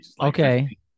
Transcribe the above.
Okay